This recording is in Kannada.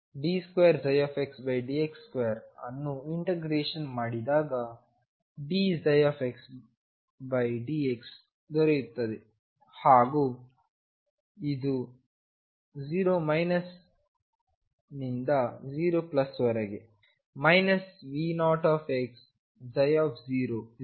d2xdx2ಅನ್ನುಇಂಟಿಗ್ರೇಶನ್ ಮಾಡಿದಾಗdψxdx ದೊರೆಯುತ್ತದೆ ಹಾಗೂ ಇದು0 ನಿಂದ0 ವರೆಗೆ